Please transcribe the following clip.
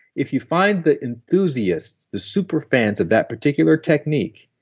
if you find the enthusiasts, the super fans of that particular technique,